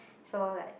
so like